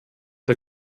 der